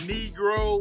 Negro